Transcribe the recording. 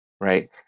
right